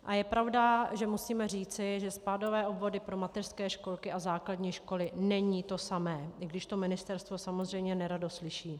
A je pravda, že musíme říci, že spádové obvody pro mateřské školky a základní školy není to samé, i když to ministerstvo samozřejmě nerado slyší.